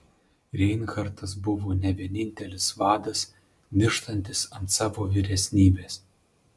reinhartas buvo ne vienintelis vadas nirštantis ant savo vyresnybės